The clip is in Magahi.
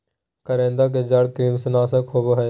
करौंदा के जड़ कृमिनाशक होबा हइ